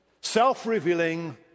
self-revealing